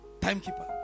Timekeeper